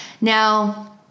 now